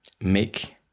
make